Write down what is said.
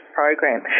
program